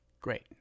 Great